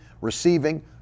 receiving